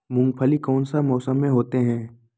मूंगफली कौन सा मौसम में होते हैं?